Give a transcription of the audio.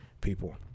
people